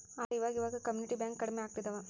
ಆದ್ರೆ ಈವಾಗ ಇವಾಗ ಕಮ್ಯುನಿಟಿ ಬ್ಯಾಂಕ್ ಕಡ್ಮೆ ಆಗ್ತಿದವ